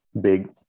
big